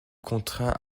contraint